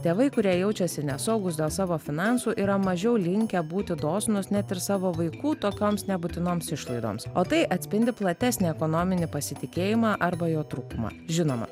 tėvai kurie jaučiasi nesaugūs dėl savo finansų yra mažiau linkę būti dosnūs net ir savo vaikų tokioms nebūtinoms išlaidoms o tai atspindi platesnį ekonominį pasitikėjimą arba jo trūkumą žinoma